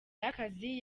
y’akazi